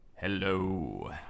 Hello